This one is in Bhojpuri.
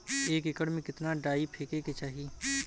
एक एकड़ में कितना डाई फेके के चाही?